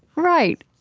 right.